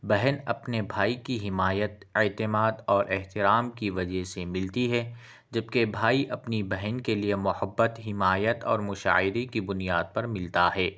بہن اپنے بھائی کی حمایت اعتماد اور احترام کی وجہ سے ملتی ہے جب کہ بھائی اپنی بہن کے لئے محبت حمایت اور مشاہدے کی بنیاد پر ملتا ہے